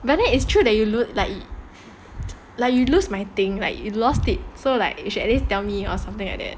then it is true that you look like you like you lose my thing like you lost it so like you should at least tell me or something like that